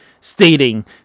stating